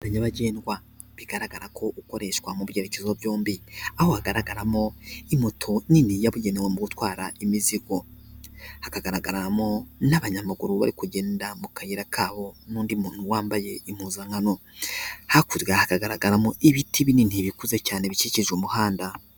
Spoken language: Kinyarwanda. Nyabagendwa bigaragara ko ukoreshwa mu byerekezo byombi aho hagaragaramo imoto nini yabugenewe mu gutwara imizigo; hakagaragaramo n'abanyamaguru bari kugenda mu kayira kabo n'undi muntu wambaye impuzankano hakurya hagaragaramo ibiti binini bikuze cyane bikikije umuhanda.